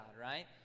right